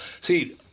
See